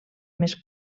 més